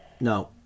No